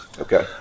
Okay